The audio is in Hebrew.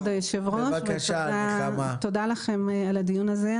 כבוד היושב-ראש, ותודה לכם על הדיון הזה.